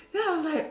then I'm like